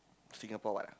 Singapore what